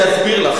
אני אסביר לך,